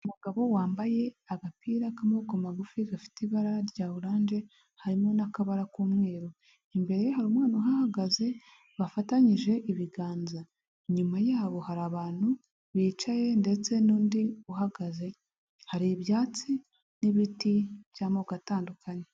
Umugabo wambaye agapira k'amaboko magufi gafite ibara rya oranje, harimo n'akabara k'umweru, imbere ye hari umwana uhahagaze bafatanyije ibiganza, inyuma yabo hari abantu bicaye, ndetse n'undi uhagaze hari ibyatsi n'ibiti by'amoko atandukanye.